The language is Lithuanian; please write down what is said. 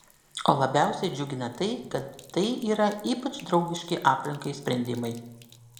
o labiausiai džiugina tai kad tai yra ypač draugiški aplinkai sprendimai